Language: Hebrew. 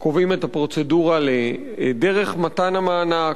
קובעים את הפרוצדורה לדרך מתן המענק,